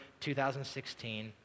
2016